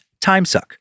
timesuck